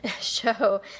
show